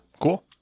Cool